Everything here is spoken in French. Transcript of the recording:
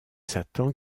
satan